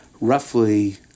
roughly